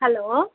hello